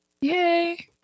Yay